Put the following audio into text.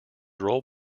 role